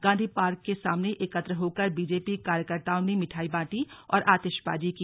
Gandhi park के सामने एकत्र होकर बीजेपी कार्यकर्ताओं ने मिठाई बांटी और आतिशबाजी की